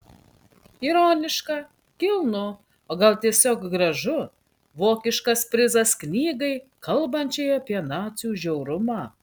ironiška kilnu o gal tiesiog gražu vokiškas prizas knygai kalbančiai apie nacių žiaurumą